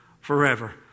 forever